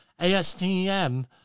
ASTM